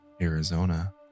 Arizona